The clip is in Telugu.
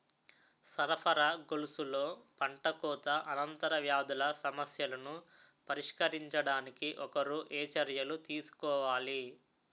సరఫరా గొలుసులో పంటకోత అనంతర వ్యాధుల సమస్యలను పరిష్కరించడానికి ఒకరు ఏ చర్యలు తీసుకోవాలి?